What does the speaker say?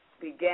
began